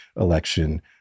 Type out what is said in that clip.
election